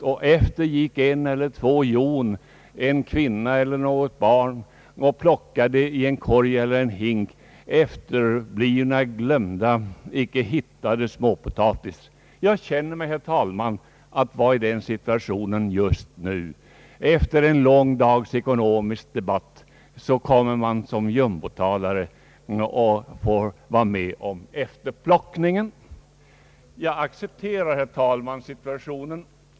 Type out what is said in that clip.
Och efter gick ett eller två hjon — en kvinna eller ett barn — och plockade i en korg eller i en hink kvarlämnad småpotatis. Jag känner mig, herr talman, vara i den situationen just nu. Efter en lång dags ekonomisk debatt får man som jumbotalare vara med om efterplockningen. Jag accepterar, herr talman, situationen.